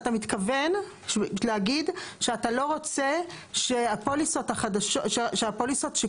אתה מתכוון להגיד שאתה לא רוצה שהפוליסות שכבר